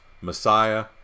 messiah